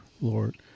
lord